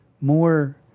more